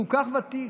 כל כך ותיק,